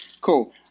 cool